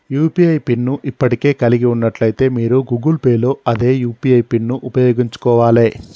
UPI PIN ను ఇప్పటికే కలిగి ఉన్నట్లయితే మీరు గూగుల్ పే లో అదే యూ.పీ.ఐ పిన్ను ఉపయోగించుకోవాలే